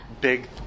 big